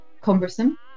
cumbersome